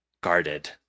guarded